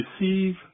Receive